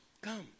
come